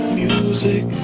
music